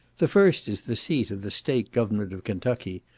the first is the seat of the state government of kentucky,